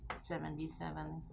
Seventy-seven